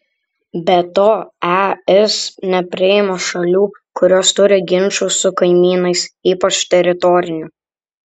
be to es nepriima šalių kurios turi ginčų su kaimynais ypač teritorinių